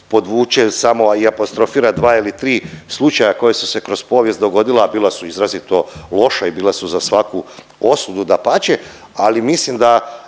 podvuče samo, a i apostrofira dva ili tri slučaja koja su se kroz povijest dogodila, a bila su izrazito loša i bila su za svaku osudu, dapače. Ali mislim da,